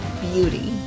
beauty